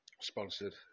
sponsored